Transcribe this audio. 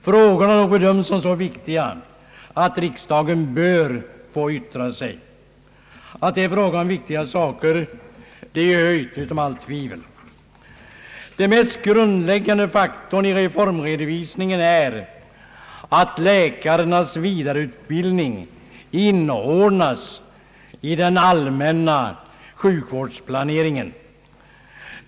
Frågorna har emellertid bedömts som så viktiga att riksdagen bör få yttra sig. Att det är fråga om viktiga saker är höjt över allt tvivel. Den mest grundläggande faktorn i reformredovisningen är att läkarnas vidareutbildning inordnas i den allmänna sjukvårdsplaneringen.